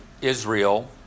Israel